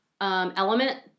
element